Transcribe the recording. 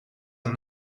een